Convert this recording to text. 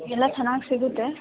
ಎಲ್ಲ ಚೆನ್ನಾಗಿ ಸಿಗುತ್ತೆ